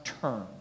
turn